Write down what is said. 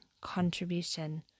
contribution